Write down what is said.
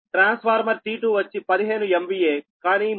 transformer T2 వచ్చి 15 MVAకానీ మళ్లీ 6